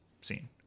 scene